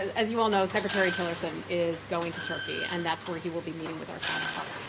as you all know, secretary tillerson is going to turkey, and that's where he will be meeting with our counterpart.